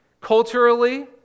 Culturally